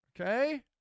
Okay